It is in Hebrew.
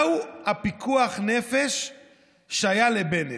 מהו פיקוח הנפש שהיה לבנט?